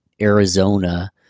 Arizona